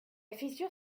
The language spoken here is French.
fissure